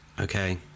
Okay